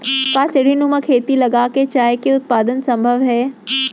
का सीढ़ीनुमा खेती लगा के चाय के उत्पादन सम्भव हे?